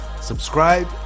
subscribe